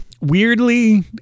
weirdly